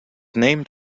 named